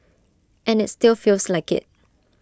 and IT still feels like IT